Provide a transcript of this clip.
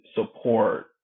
support